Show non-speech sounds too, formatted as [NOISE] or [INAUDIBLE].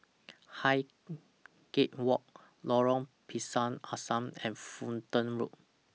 [NOISE] Highgate Walk Lorong Pisang Asam and Fulton Road